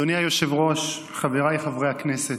אדוני היושב-ראש, חבריי חברי הכנסת,